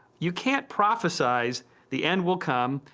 you can't prophesize the end will come,